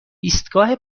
ایستگاه